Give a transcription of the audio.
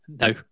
No